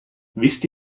wisst